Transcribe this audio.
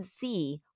see